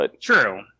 True